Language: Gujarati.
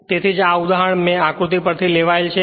તેથી જ આ ઉદાહરણ આ આકૃતિ પરથી લેવાયેલ છે